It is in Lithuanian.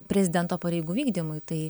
prezidento pareigų vykdymui tai